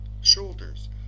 Shoulders